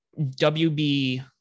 WB